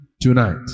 tonight